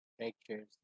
pictures